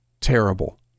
terrible